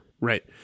Right